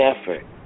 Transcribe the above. effort